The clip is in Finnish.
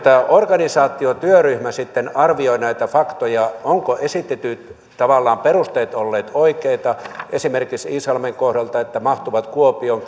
organisaatiotyöryhmä sitten arvioi näitä faktoja ovatko esitetyt perusteet tavallaan olleet oikeita esimerkiksi iisalmen kohdalta että mahtuvat kuopioon